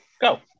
Go